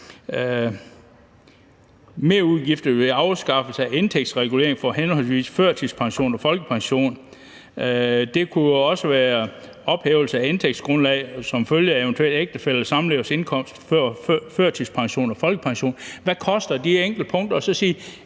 merudgifter ved afskaffelse af indtægtsregulering for henholdsvis førtidspension og folkepension? Det kunne også være det med ophævelse af indtægtsgrundlag som følge af eventuel ægtefælle eller samlevers indkomst, førtidspension og folkepension. Man kunne se på, hvad de enkelte punkter